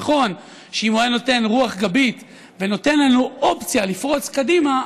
נכון שאם הוא היה נותן רוח גבית ונותן לנו אופציה לפרוץ קדימה,